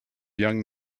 young